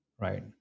right